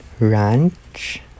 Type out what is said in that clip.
Ranch